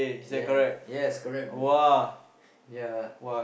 ya yes correct bro ya